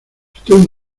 estoy